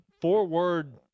four-word